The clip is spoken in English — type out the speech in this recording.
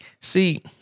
See